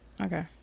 okay